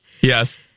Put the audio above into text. Yes